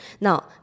Now